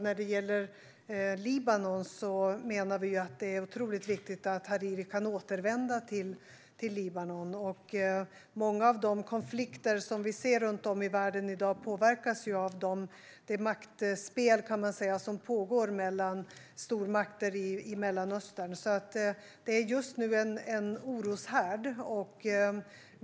När det gäller Libanon menar vi att det är otroligt viktigt att Hariri kan återvända till Libanon. Många av de konflikter som vi ser runt om i världen i dag påverkas av det maktspel, kan man säga, som pågår mellan stormakter i Mellanöstern. Det är just nu en oroshärd.